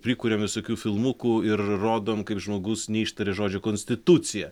prikuriam visokių filmukų ir rodom kaip žmogus neištarė žodžio konstitucija